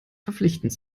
verpflichtend